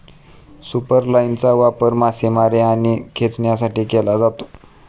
सुपरलाइनचा वापर मासेमारी आणि खेचण्यासाठी केला जातो